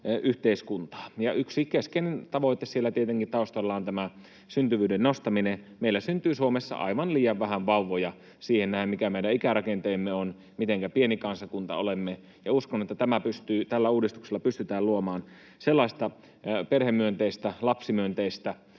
yhteiskuntaa. Yksi keskeinen tavoite siellä taustalla on tietenkin tämä syntyvyyden nostaminen. Meillä syntyy Suomessa aivan liian vähän vauvoja siihen nähden, mikä meidän ikärakenteemme on, mitenkä pieni kansakunta olemme, ja uskon, että tällä uudistuksella pystytään luomaan sellaista perhemyönteistä, lapsimyönteistä,